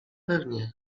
pewnie